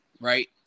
right